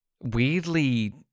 weirdly